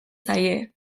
zaie